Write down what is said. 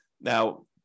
Now